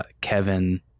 Kevin